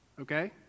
Okay